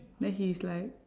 then he's like